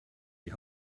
die